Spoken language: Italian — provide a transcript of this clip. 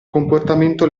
comportamento